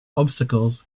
obstacles